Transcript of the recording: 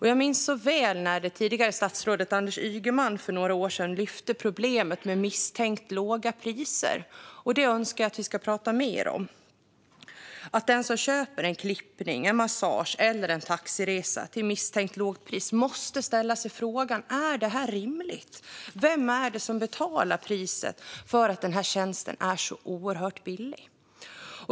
Jag minns så väl när det tidigare statsrådet Anders Ygeman för några år sedan lyfte problemet med misstänkt låga priser. Det önskar jag att vi ska prata mer om. Den som köper en klippning, en massage eller en taxiresa till misstänkt lågt pris måste ställa sig frågan: Är detta rimligt? Vem är det som betalar priset för att den här tjänsten är så oerhört billig?